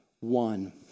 one